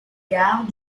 gares